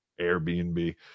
airbnb